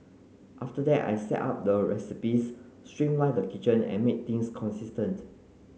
after that I set up the recipes streamlined the kitchen and made things consistent